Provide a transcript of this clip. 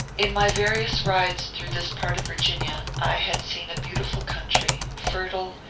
in my various rides through this part of virginia, i had seen a beautiful country, fertile,